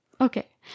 Okay